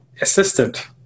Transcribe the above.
assistant